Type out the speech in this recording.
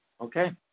okay